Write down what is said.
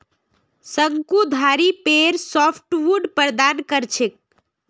शंकुधारी पेड़ सॉफ्टवुड प्रदान कर छेक